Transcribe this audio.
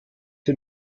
sie